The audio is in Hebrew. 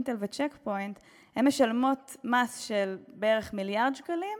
"אינטל" ו"צ'ק פוינט" משלמות מס של בערך מיליארד שקלים,